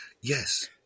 Yes